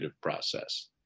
process